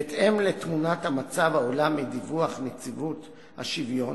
בהתאם לתמונת המצב העולה מדיווח נציבות השוויון,